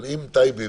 אם טייבי,